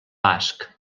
basc